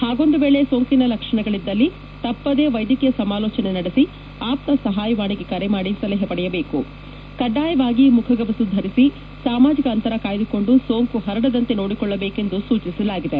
ಹಾಗೊಂದು ವೇಳೆ ಸೋಂಕಿನ ಲಕ್ಷಣಗಳಿದ್ದಲ್ಲಿ ತಪ್ಪದೇ ವೈದ್ಯಕೀಯ ಸಮಾಲೋಚನೆ ನಡೆಸಿ ಅಪ್ತ ಸಹಾಯವಾಣಿಗೆ ಕರೆ ಮಾಡಿ ಸಲಹೆ ಪಡೆಯಬೇಕು ಕಡ್ಡಾಯವಾಗಿ ಮುಖಗವಸು ಧರಿಸಿ ಸಾಮಾಜಿಕ ಅಂತರ ಕಾಯ್ದುಕೊಂಡು ಸೋಂಕು ಪರಡದಂತೆ ನೋಡಿಕೊಳ್ಳಬೇಕು ಎಂದು ಸೂಚಿಸಲಾಗಿದೆ